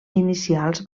inicials